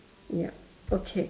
yup okay